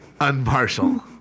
Unpartial